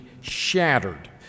shattered